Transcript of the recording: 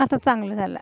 आता चांगलं झालं